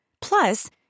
Plus